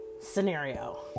scenario